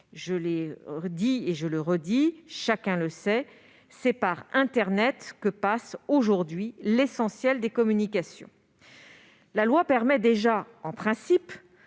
Je l'ai indiqué, je le répète, chacun le sait, c'est par internet que passe aujourd'hui l'essentiel des communications. La loi permet déjà, en principe,